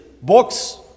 books